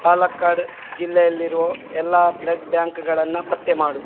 ಪಾಲಕ್ಕಾಡ್ ಜಿಲ್ಲೆಯಲ್ಲಿರೋ ಎಲ್ಲ ಬ್ಲಡ್ ಬ್ಯಾಂಕ್ಗಳನ್ನು ಪತ್ತೆ ಮಾಡು